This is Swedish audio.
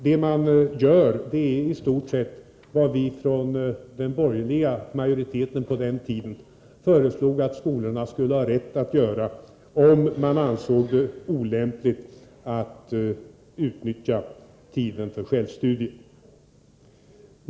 Det socialdemokraterna gör är i stort sett vad vi från den på den tiden borgerliga majoriteten 1981 föreslog att skolorna skulle ha rätt att göra om de ansåg det olämpligt att utnyttja tiden för självstudier.